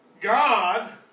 God